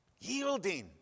yielding